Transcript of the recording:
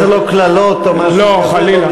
כל עוד זה לא קללות, או משהו, לא, חלילה.